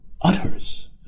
utters